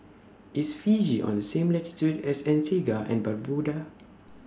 IS Fiji on The same latitude as Antigua and Barbuda